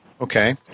Okay